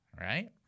right